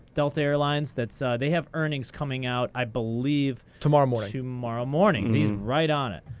delta airlines, that's they have earnings coming out, i believe tomorrow morning. tomorrow morning, he's right on it.